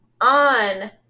on